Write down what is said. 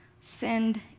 send